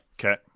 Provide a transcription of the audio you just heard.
Okay